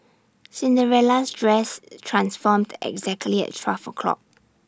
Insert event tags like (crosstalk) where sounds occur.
Cinderella's dress (noise) transformed exactly at twelve o'clock